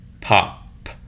pop